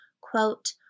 quote